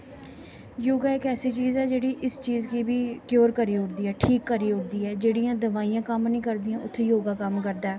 योगा इक ऐसी चीज ऐ जेह्ड़ी इस चीज गी बी केयर करी ओड़दी ऐ ठीक करी ओड़दी ऐ जेह्ड़ियां दोआइयां कम्म नेईं करदियां उत्थै योगा कम्म करदा ऐ